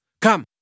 Come